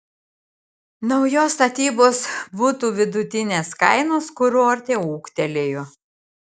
naujos statybos butų vidutinės kainos kurorte ūgtelėjo